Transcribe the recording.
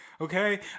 Okay